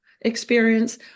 experience